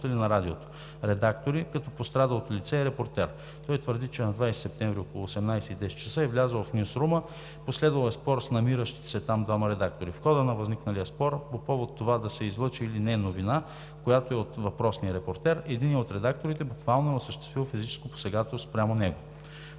на Радиото – редактори, като пострадалото лице е репортер. Той твърди, че на 20 септември около 18,10 ч. е влязъл в нюзрума, последвал е спор с намиращите се там двама редактори. В хода на възникналия спор по повод това да се излъчи или не новина, която е от въпросния репортер, единият от редакторите буквално е осъществил физическо посегателство спрямо него.